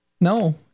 No